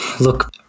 look